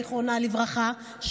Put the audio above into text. זיכרונה לברכה,